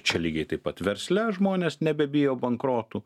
čia lygiai taip pat versle žmonės nebebijo bankrotų